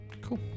cool